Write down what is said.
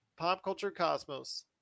popculturecosmos